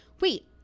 wait